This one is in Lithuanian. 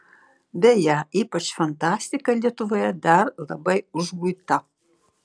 beje ypač fantastika lietuvoje dar labai užguita